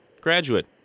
graduate